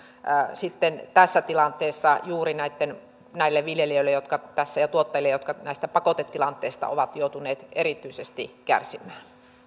sitten tässä tilanteessa juuri näille viljelijöille ja tuottajille jotka tästä pakotetilanteesta ovat joutuneet erityisesti kärsimään